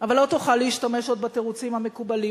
אבל לא תוכל להשתמש עוד בתירוצים המקובלים.